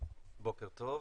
בוקר טוב.